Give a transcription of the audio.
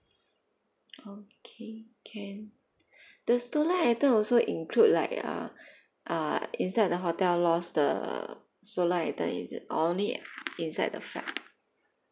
okay can the stolen item also include like uh uh inside the hotel lost the stolen item is it or only inside the flight